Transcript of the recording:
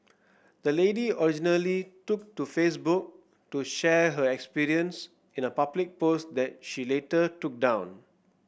the lady originally took to Facebook to share her experience in a public post that she later took down